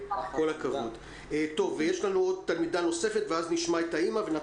נשמע כעת תלמידה נוספת ואז נשמע את האימא של